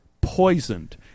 poisoned